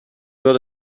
wird